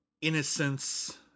innocence